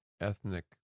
Ethnic